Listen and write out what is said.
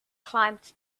climbed